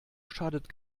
schadet